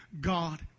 God